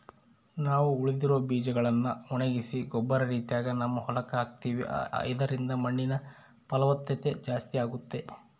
ನಾವು ಉಳಿದಿರೊ ಬೀಜಗಳ್ನ ಒಣಗಿಸಿ ಗೊಬ್ಬರ ರೀತಿಗ ನಮ್ಮ ಹೊಲಕ್ಕ ಹಾಕ್ತಿವಿ ಇದರಿಂದ ಮಣ್ಣಿನ ಫಲವತ್ತತೆ ಜಾಸ್ತಾಗುತ್ತೆ